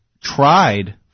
tried